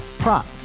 prop